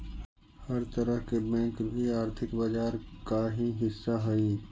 हर तरह के बैंक भी आर्थिक बाजार का ही हिस्सा हइ